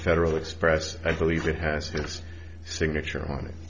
federal express i believe it has his signature on it